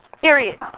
Period